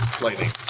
lightning